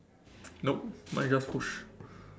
nope mine just push